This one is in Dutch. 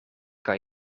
kan